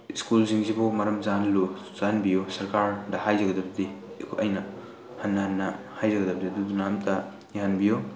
ꯁ꯭ꯀꯨꯜꯁꯤꯡꯁꯤꯕꯨ ꯃꯔꯝ ꯆꯥꯍꯜꯂꯨ ꯆꯥꯍꯟꯕꯤꯌꯨ ꯁꯔꯀꯥꯔꯗ ꯍꯥꯏꯖꯒꯗꯕꯗꯤ ꯑꯩꯅ ꯍꯟꯅ ꯍꯟꯅ ꯍꯥꯏꯖꯒꯗꯕꯗꯤ ꯑꯗꯨꯗꯨꯅ ꯑꯝꯇ ꯌꯥꯍꯟꯕꯤꯌꯨ